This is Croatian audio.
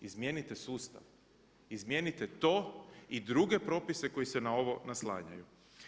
Izmijenite sustav, izmijenite to i druge propise koji se na ovo naslanjaju.